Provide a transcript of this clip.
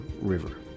River